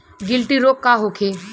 गिलटी रोग का होखे?